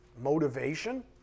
motivation